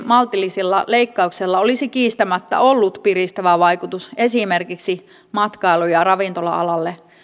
maltillisella leikkauksella olisi kiistämättä ollut piristävä vaikutus esimerkiksi matkailu ja ravintola alalle